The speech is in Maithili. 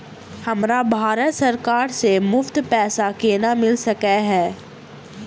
हमरा भारत सरकार सँ मुफ्त पैसा केना मिल सकै है?